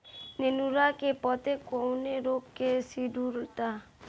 नेनुआ के पत्ते कौने रोग से सिकुड़ता?